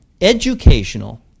educational